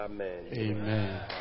Amen